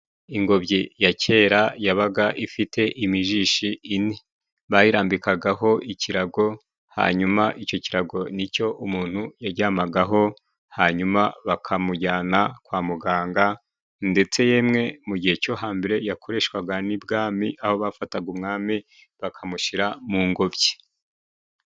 Ingobyi ya kera yabaga ifite imijishi ine. Bayirambikagaho ikirago, hanyuma icyo kirago ni cyo umuntu yaryamagaho. Hanyuma bakamujyana kwa muganga ndetse yemwe mu gihe cyo hambere, yakoreshwaga n'ibwami aho bafataga umwami bakamushyira mu ngobyi.